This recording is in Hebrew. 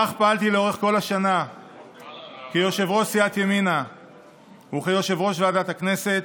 כך פעלתי לאורך כל השנה כיושב-ראש סיעת ימינה וכיושב-ראש ועדת הכנסת,